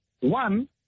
One